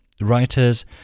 writers